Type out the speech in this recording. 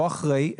לא אחרי,